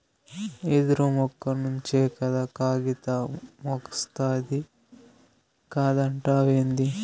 యెదురు మొక్క నుంచే కదా కాగితమొస్తాది కాదంటావేంది